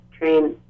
train